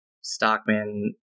Stockman